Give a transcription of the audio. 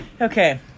okay